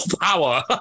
power